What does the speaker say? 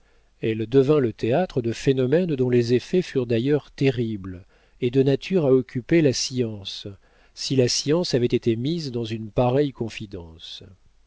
elle devint le théâtre de phénomènes dont les effets furent d'ailleurs terribles et de nature à occuper la science si la science avait été mise dans une pareille confidence